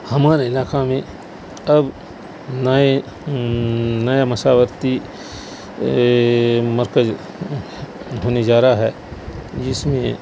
ہمارے علاقہ میں اب نئے نئے مشاورتی مرکز ہونے جا رہا ہے کہ جس میں